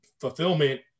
fulfillment